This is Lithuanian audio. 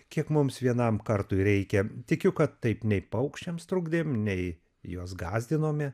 kiek mums vienam kartui reikia tikiu kad taip nei paukščiams trukdėme nei juos gąsdinome